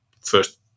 first